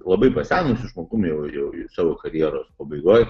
labai pasenusiu žmogumi jau jau savo karjeros pabaigoj